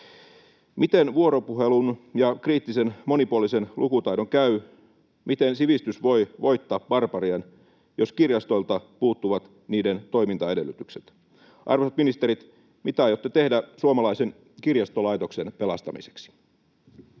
Miten vuoropuhelun sekä kriittisen ja monipuolisen lukutaidon käy, miten sivistys voi voittaa barbarian, jos kirjastoilta puuttuvat niiden toimintaedellytykset? Arvoisat ministerit, mitä aiotte tehdä suomalaisen kirjastolaitoksen pelastamiseksi?